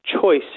choice